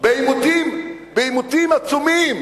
בעימותים עצומים,